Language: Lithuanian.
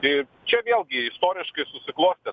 ir čia vėlgi istoriškai susiklostė